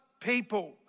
people